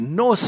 no